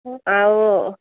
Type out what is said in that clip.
ଆଉ